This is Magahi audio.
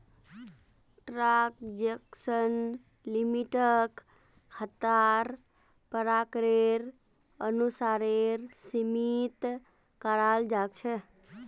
ट्रांजेक्शन लिमिटक खातार प्रकारेर अनुसारेर सीमित कराल जा छेक